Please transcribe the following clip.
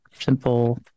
simple